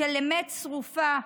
של אמת צרופה,